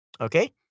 Okay